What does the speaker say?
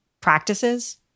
practices